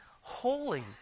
holy